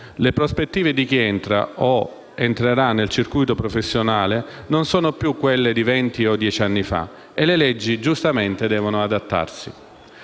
Le prospettive per chi entra o entrerà nel circuito professionale non sono più quelle di venti o di dieci anni fa e le leggi devono adattarsi.